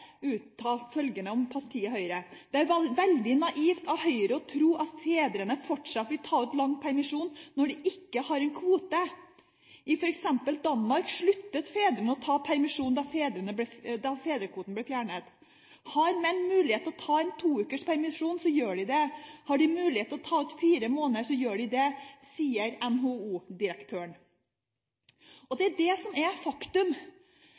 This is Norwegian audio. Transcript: følgende om partiet Høyre: «Det er veldig naivt av Høyre å tro at fedrene fortsatt vil ta ut lang permisjon når de ikke har en kvote. I for eksempel Danmark sluttet fedrene å ta permisjon da fedrekvoten ble fjernet. Har menn muligheten til å ta ut to ukers permisjon, så gjør de det. Har de mulighet til å ta ut fire måneder, så gjør de det.» Det sier NHO-direktøren, og det er det som er faktum.